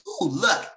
look